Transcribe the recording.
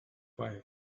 fire